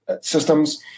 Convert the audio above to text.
systems